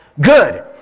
Good